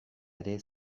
ere